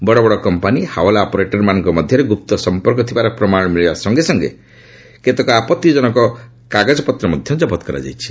ବଡ଼ବଡ଼ କମ୍ପାନୀ ହାଓଲା ଅପରେଟରମାନଙ୍କ ମଧ୍ୟରେ ଗୁପ୍ତ ସମ୍ପର୍କ ଥିବାର ପ୍ରମାଣ ମିଳିବା ସଙ୍ଗେ ସଙ୍ଗେ କେତେକ ଆପତ୍ତିଜନକ କାଗଜପତ୍ର ମଧ୍ୟ ମିଳିଛି